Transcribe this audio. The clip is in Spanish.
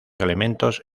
elementos